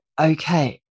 okay